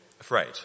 afraid